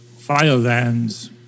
Firelands